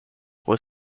pro